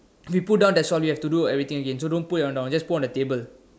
we put down that's why we have to do everything again so don't put it down just put on the table